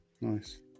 Nice